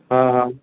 हा हा